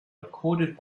recorded